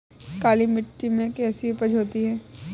काली मिट्टी में कैसी उपज होती है?